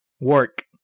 work